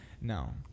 No